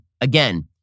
again